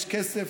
כסף,